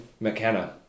McKenna